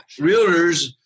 realtors